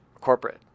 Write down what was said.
corporate